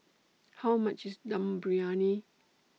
How much IS Dum Briyani